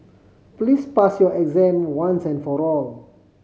please pass your exam once and for all